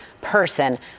person